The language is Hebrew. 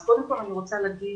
אז קודם כל אני רוצה להגיד